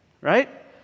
Right